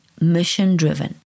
mission-driven